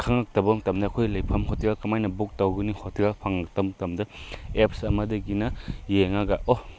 ꯈꯪꯉꯛꯇꯕ ꯃꯇꯝꯗ ꯑꯩꯈꯣꯏꯒꯤ ꯂꯩꯐꯝ ꯍꯣꯇꯦꯜ ꯀꯃꯥꯏꯅ ꯕꯨꯛ ꯇꯧꯒꯅꯤ ꯍꯣꯇꯦꯜ ꯐꯪꯂꯛꯇꯕ ꯃꯇꯝꯗ ꯑꯦꯞꯁ ꯑꯃꯗꯒꯤꯅ ꯌꯦꯡꯉꯒ ꯑꯣ